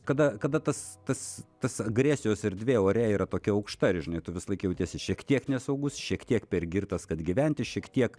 kada kada tas tas tas agresijos erdvė ore yra tokia aukšta ir žinai tu visą laiką jautiesi šiek tiek nesaugus šiek tiek per girtas kad gyventi šiek tiek